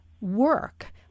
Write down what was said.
work